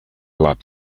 lap